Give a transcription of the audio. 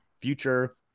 future